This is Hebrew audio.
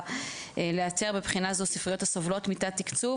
לאתר בבחינה זו ספריות הסובלות מתת-תקצוב